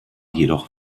jedoch